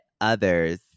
others